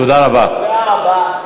תודה רבה.